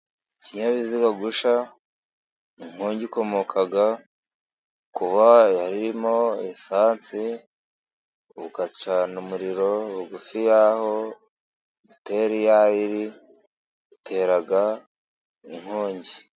Ikinyabiziga gushya, inkongi ikomoka kuba harimo esanse, ugacana umuriro bugufi y'aho moteri ya yo iri, bigateraga inkongi.